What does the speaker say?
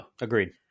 Agreed